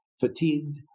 fatigued